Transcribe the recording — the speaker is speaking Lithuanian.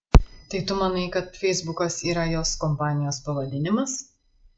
tai tu manai kad feisbukas yra jos kompanijos pavadinimas